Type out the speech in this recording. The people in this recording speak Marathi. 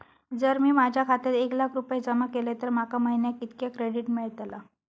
जर मी माझ्या खात्यात एक लाख रुपये जमा केलय तर माका महिन्याक कितक्या क्रेडिट मेलतला?